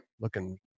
Looking